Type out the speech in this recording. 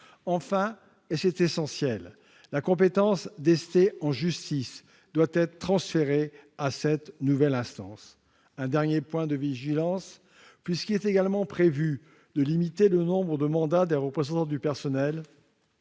Enfin, et c'est essentiel, la compétence d'ester en justice doit être transférée à cette nouvelle instance. J'insiste sur un dernier point de vigilance. Puisqu'il est également prévu de limiter le nombre de mandats des représentants du personnel,